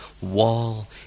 wall